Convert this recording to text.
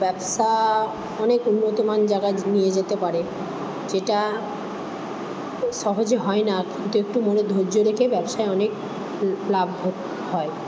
ব্যবসা অনেক উন্নতমান জায়গায় নিয়ে যেতে পারে যেটা সহজে হয় না কিন্তু একটু মনে ধর্য্য রেখে ব্যবসায় অনেক লা লাভ হো হয়